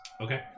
Okay